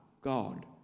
God